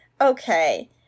okay